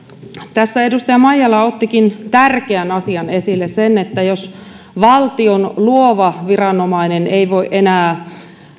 tässä edustaja maijala ottikin tärkeän asian esille sen että jos valtion luova viranomainen ei voi enää